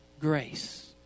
grace